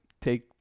take